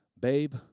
Babe